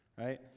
right